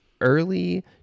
early